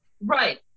Right